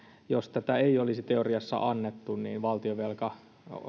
jos tätä ei olisi teoriassa annettu valtionvelka